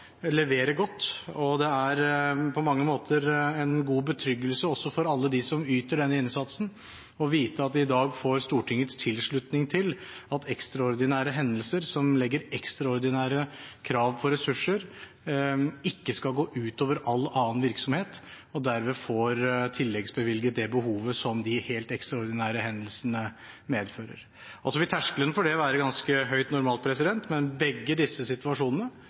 det er på mange måter betryggende også for alle dem som yter den innsatsen, å vite at de i dag får Stortingets tilslutning til at ekstraordinære hendelser som legger ekstraordinære krav på ressurser, ikke skal gå ut over all annen virksomhet og dermed får tilleggsbevilget det behovet som de helt ekstraordinære hendelsene medfører. Så vil terskelen for det være ganske høy normalt, men begge disse situasjonene